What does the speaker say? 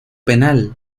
penal